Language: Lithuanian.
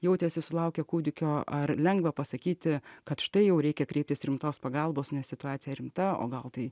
jautėsi sulaukę kūdikio ar lengva pasakyti kad štai jau reikia kreiptis rimtos pagalbos nes situacija rimta o gal tai